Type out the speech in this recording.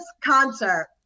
concert